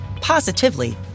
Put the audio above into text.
positively